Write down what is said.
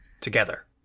together